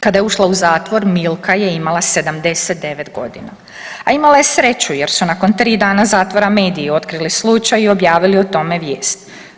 Kada je ušla u zatvor Milka je imala 79 godina, a imala je sreću jer su nakon 3 dana zatvora mediji otkrili slučaj i objavili o tome vijest.